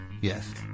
yes